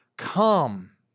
come